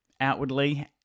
outwardly